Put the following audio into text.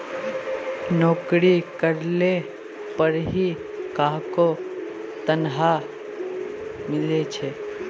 नोकरी करले पर ही काहको तनखा मिले छे